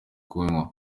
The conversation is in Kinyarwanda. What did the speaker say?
kunywa